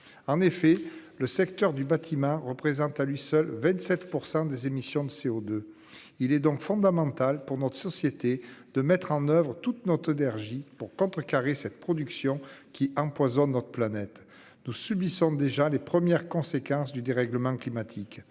En effet, le secteur du bâtiment représente à lui seul 27% des émissions de CO2. Il est donc fondamental pour notre société, de mettre en oeuvre toutes nos Todd RJ pour contrecarrer cette production qui empoisonne notre planète nous subissons déjà les premières conséquences du dérèglement climatique.